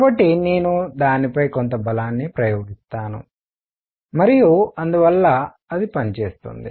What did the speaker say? కాబట్టి నేను దానిపై కొంత బలాన్ని ప్రయోగిస్తాను మరియు అందువల్ల అది పని చేస్తుంది